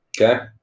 Okay